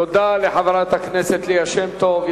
תודה לחברת הכנסת ליה שמטוב.